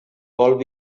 vol